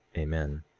amen.